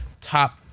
top